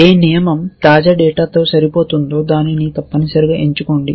ఏ నియమం తాజా డేటాతో సరిపోతుందో దానిని తప్పనిసరిగా ఎంచుకోండి